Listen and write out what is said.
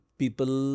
people